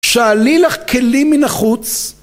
שאלי לך כלים מן החוץ